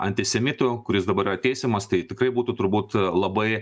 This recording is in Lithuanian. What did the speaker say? antisemitu kuris dabar teisiamas tai tikrai būtų turbūt labai